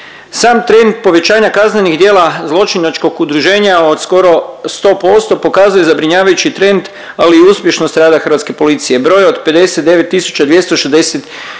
Sam trend povećanja kaznenih djela zločinačkog udruženja od skoro 100% pokazuje zabrinjavajući trend, ali i uspješnost rada hrvatske policije. Broj od 59 262